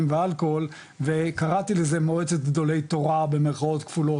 ואלכוהול וקראתי לזה "מועצת גדולי תורה" במירכאות כפולות,